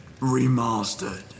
Remastered